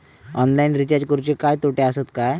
Online recharge करुचे काय तोटे आसत काय?